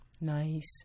Nice